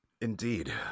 Indeed